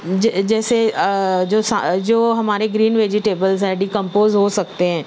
جیسے جو ہمارے گرین ویجیٹبلز ہیں ڈیکمپوز ہو سکتے ہیں